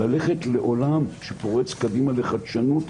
ללכת לעולם שפורץ קדימה לחדשנות,